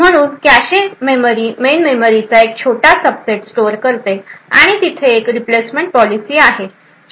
म्हणून cache memory main मेमरीचा एक छोटा सबसेट स्टोअर करते आणि तेथे एक रिप्लेसमेंट पॉलिसी आहे